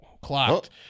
clocked